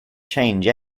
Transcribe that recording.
change